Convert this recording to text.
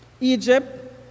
Egypt